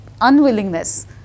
unwillingness